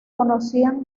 conocían